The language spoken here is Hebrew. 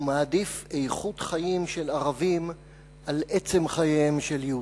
ומעדיף איכות חיים של ערבים על עצם חייהם של יהודים.